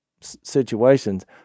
situations